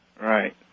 Right